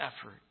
effort